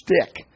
stick